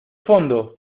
fondo